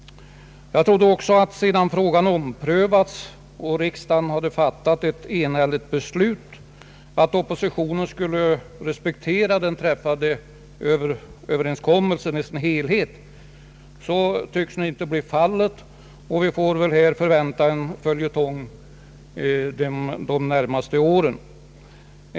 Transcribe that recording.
Jag trodde också att oppositionen, sedan frågan omprövats och riksdagen fattat ett enhälligt beslut, skulle respektera den träffade överenskommelsen i sin helhet. Så tycks nu inte bli fallet; vi får väl förvänta en följetong de närmaste åren.